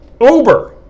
Uber